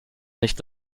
nicht